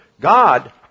God